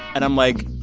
and i'm like.